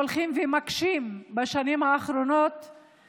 שהולכים ונעשים קשים בשנים האחרונות.